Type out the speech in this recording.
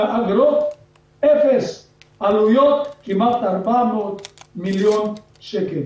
האגרות אפס ואילו העלויות כמעט 400 מיליון שקל.